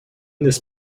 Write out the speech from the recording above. this